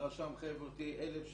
והרשם חייב אותי 1,000 שקל,